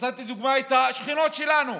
נתתי לדוגמה את השכנות שלנו,